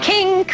King